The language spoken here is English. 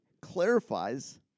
clarifies